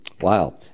Wow